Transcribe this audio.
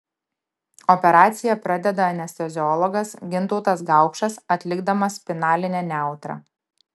operaciją pradeda anesteziologas gintautas gaupšas atlikdamas spinalinę nejautrą